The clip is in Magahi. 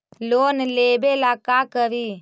लोन लेबे ला का करि?